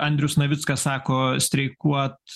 andrius navickas sako streikuot